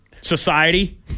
society